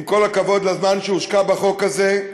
עם כל הכבוד לזמן שהושקע בחוק הזה,